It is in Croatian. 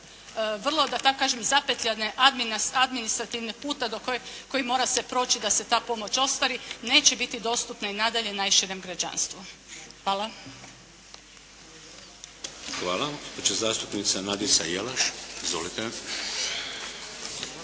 kažem zapetljane administrativnog puta koji mora se proći da se ta pomoć ostvari neće biti dostupna i nadalje najširem građanstvu. Hvala. **Šeks, Vladimir (HDZ)** Hvala. Zastupnica Nadica Jelaš. Izvolite.